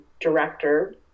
director